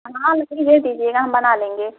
हाँ लकड़ी दे दीजिएगा हम बना लेंगे